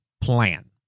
plan